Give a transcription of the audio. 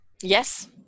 Yes